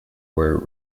were